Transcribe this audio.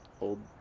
Old